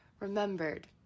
remembered